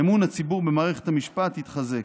אמון הציבור במערכת המשפט יתחזק.